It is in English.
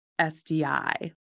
SDI